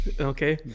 Okay